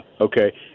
okay